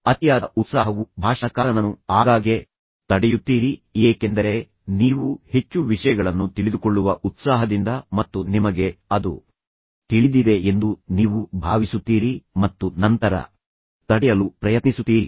ಅತಿಯಾದ ಉತ್ಸಾಹವು ಭಾಷಣಕಾರನನ್ನು ಆಗಾಗ್ಗೆ ತಡೆಯುತ್ತೀರಿ ಏಕೆಂದರೆ ನೀವು ಹೆಚ್ಚು ವಿಷಯಗಳನ್ನು ತಿಳಿದುಕೊಳ್ಳುವ ಉತ್ಸಾಹದಿಂದ ಮತ್ತು ನಿಮಗೆ ಅದು ತಿಳಿದಿದೆ ಎಂದು ನೀವು ಭಾವಿಸುತ್ತೀರಿ ಮತ್ತು ನಂತರ ತಡೆಯಲು ಪ್ರಯತ್ನಿಸುತ್ತೀರಿ